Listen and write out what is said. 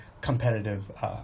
competitive